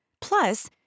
Plus